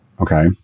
Okay